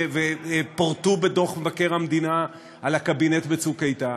ופורטו בדוח מבקר המדינה על הקבינט בצוק איתן,